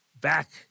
back